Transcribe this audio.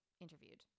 interviewed